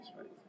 right